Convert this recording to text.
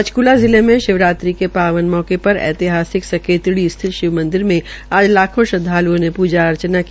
पंचकूला जिले में शिवरात्रि के पावन अवसर पर ऐतिहासिक सकेतडी स्थित शिव मंदिर में आज लाखों श्रद्वाल्ओं ने पूजा अर्चना की